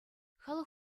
халӑх